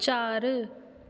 चारि